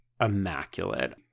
immaculate